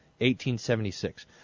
1876